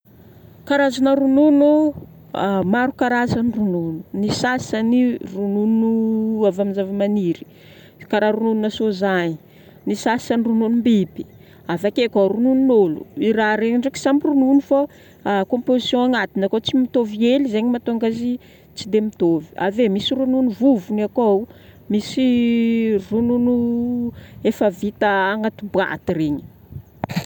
Karazana ronono. Maro karazan'ny ronono. Ny sasany ronono avy amin'ny zavamaniry, karaha rononona soja igny. Ny sasany rononom-biby. Avake koa rononon'olo, ireo raha ireo ndraiky samy ronono fô composition agnatiny akao tsy mitovy hely zegny mahatonga azy tsy dia mitovy. Ave misy ronono vovony akao, misy ronono efa vita agnaty boaty regny.